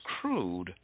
crude